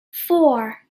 four